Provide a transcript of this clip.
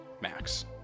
Max